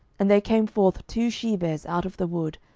and there came forth two she bears out of the wood,